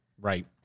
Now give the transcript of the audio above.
Right